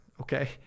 okay